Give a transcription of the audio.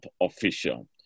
official